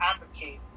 advocate